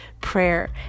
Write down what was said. prayer